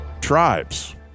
tribes